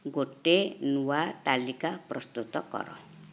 ଗୋଟେ ନୂଆ ତାଲିକା ପ୍ରସ୍ତୁତ କର